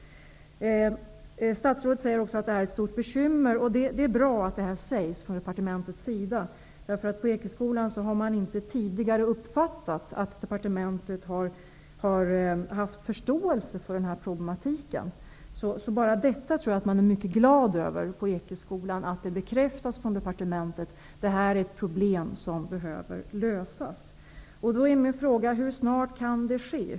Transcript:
Statsrådet säger också att detta är ett stort bekymmer. Det är bra att det sägs från departementets sida. På Ekeskolan har de inte tidigare uppfattat att departementet har haft förståelse för problemen. Jag tror att man är mycket glad på Ekeskolan över att det bekräftas från departementet att detta är ett problem som behöver lösas. Då är min fråga: Hur snart kan det ske?